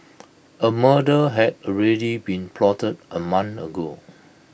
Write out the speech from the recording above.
A murder had already been plotted A month ago